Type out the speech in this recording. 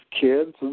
kids